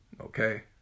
okay